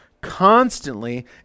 constantly